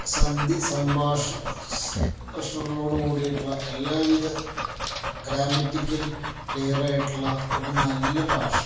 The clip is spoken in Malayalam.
സന്ധി സംഭാഷണങ്ങളോട് കൂടിയിട്ടുള്ള എല്ലാവിധ ഗ്രാമറ്റിക്കൽ ക്ലിയറായിട്ടുള്ള ഒരു നല്ല ഭാഷ